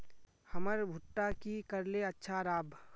हमर भुट्टा की करले अच्छा राब?